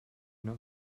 know